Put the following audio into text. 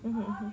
mmhmm